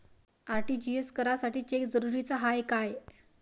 RTGS करासाठी cheque जरुरीचा हाय काय?